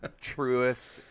truest